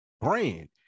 brand